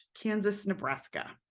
Kansas-Nebraska